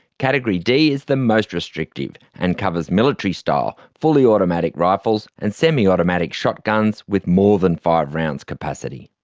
category d is the most restrictive, and covers military-style, fully automatic rifles and semi-automatic shotguns with more than five rounds capacity.